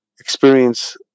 Experience